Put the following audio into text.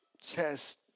says